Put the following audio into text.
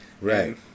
Right